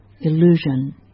illusion